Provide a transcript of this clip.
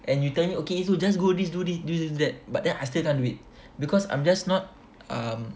and you tell me okay so just do this do this do that but then I still can't do it because I'm just not um